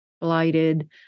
blighted